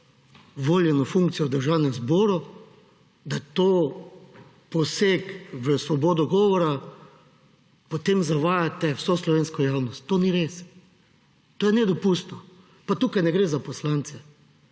voljeno funkcijo v Državnem zboru, da je to poseg v svobodo govora, potem zavajate vso slovensko javnost. To ni res. To je nedopustno. Pa tukaj ne gre za poslance.